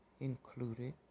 included